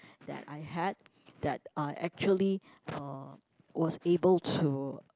that I had that I actually uh was able to